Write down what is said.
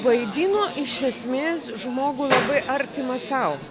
vaidino iš esmės žmogų labai artimą sau